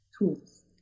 Tools